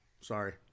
sorry